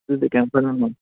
ꯑꯗꯨꯗꯤ ꯀꯩꯌꯤꯝ ꯈꯜꯂꯨꯅꯨ